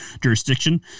jurisdiction